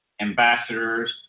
ambassadors